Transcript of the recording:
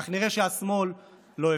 אך נראה שהשמאל לא הפנים.